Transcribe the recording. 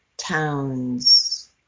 Towns